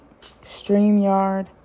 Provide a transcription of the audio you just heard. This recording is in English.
StreamYard